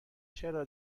چرا